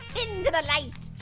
into the light!